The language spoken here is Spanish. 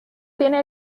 tiene